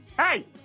Hey